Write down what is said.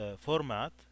format